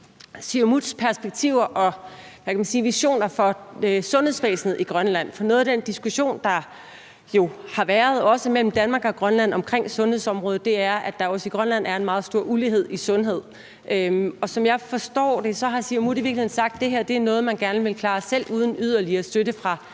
Siumuts perspektiver og visioner for sundhedsvæsenet i Grønland, for noget af den diskussion, der jo har været også mellem Danmark og Grønland omkring sundhedsområdet, er, at der også i Grønland er en meget stor ulighed i sundhed, og som jeg forstår det, har Siumut i virkeligheden sagt, at det her er noget, man gerne vil klare selv uden yderligere støtte fra